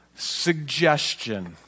suggestion